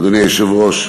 אדוני היושב-ראש,